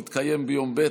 תתקיים ביום ב',